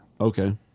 Okay